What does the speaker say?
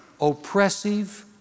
oppressive